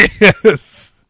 Yes